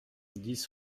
dix